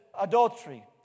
adultery